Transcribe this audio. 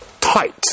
tight